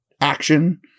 action